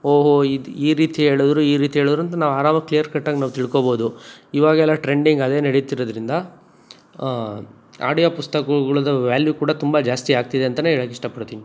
ಓಹೋ ಇದು ಈ ರೀತಿ ಹೇಳುದ್ರು ಈ ರೀತಿ ಹೇಳುದ್ರು ಅಂತ ನಾವು ಆರಾಮಾಗಿ ಕ್ಲಿಯರ್ ಕಟ್ಟಾಗಿ ನಾವು ತಿಳ್ಕೊಬೋದು ಇವಾಗೆಲ್ಲ ಟ್ರೆಂಡಿಂಗ್ ಅದೇ ನಡೀತಿರೋದ್ರಿಂದ ಆಡಿಯೋ ಪುಸ್ತಕಗಳದ್ ವ್ಯಾಲ್ಯು ಕೂಡ ತುಂಬ ಜಾಸ್ತಿ ಆಗ್ತಿದೆ ಅಂತ ಹೇಳಕ್ ಇಷ್ಟಪಡ್ತೀನಿ